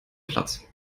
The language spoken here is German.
platz